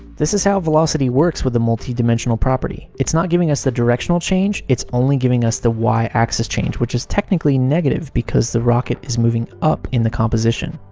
this is how velocity works with a multi dimensional property. it's not giving us the directional change, it's only giving us the y axis change, which is technically negative because the rocket is moving up in the composition.